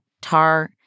tar